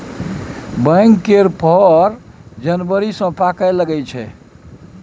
बैर केर फर जनबरी सँ पाकय लगै छै